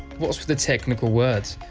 what's with the technical words!